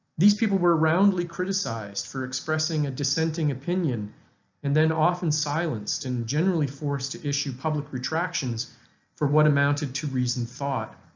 these people were roundly criticized for expressing a dissenting opinion and then often silenced and generally forced to issue public retractions for what amounted to reasoned thought.